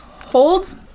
holds